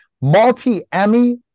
multi-Emmy